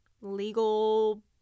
legal